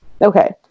Okay